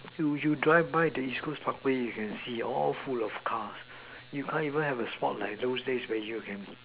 you you drive by the east coast parkway you can see all full of cars you can't even have a spot like those days where you can